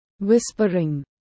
whispering